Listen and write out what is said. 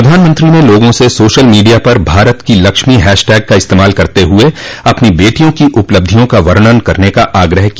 प्रधानमंत्री ने लोगों से सोशल मीडिया पर भारत की लक्ष्मी हैशटैग का इस्तेमाल करते हुए अपनी बेटियों की उपलब्धियों का वर्णन करने का आग्रह किया